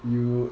you